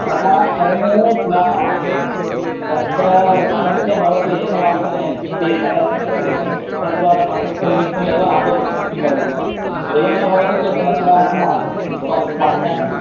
तथाकरणे पुनः तत्र समस्या भवति एकमासेन यच्छति चेत् तदर्थमेव इदानीं चत्वारमासस्य निमित्तमेव आदौ धनं स्वीकरोति एवं न भवति चेत् न पुनः छात्राः